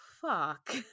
fuck